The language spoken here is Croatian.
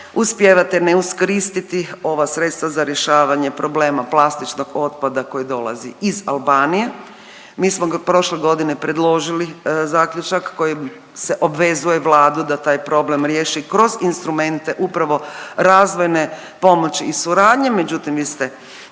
uspijevate ne iskoristiti ova sredstva za rješavanje problema plastičnog otpada koji dolazi iz Albanije. Mi smo ga prošle godine predložili, zaključak kojim se obvezuje Vladu da taj problem riješi kroz instrumente upravo razvojne pomoći i suradnje, međutim vi ste naravno